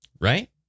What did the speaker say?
Right